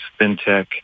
fintech